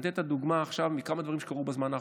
אני נותן את הדוגמה עכשיו מכמה דברים שקרו בזמן האחרון,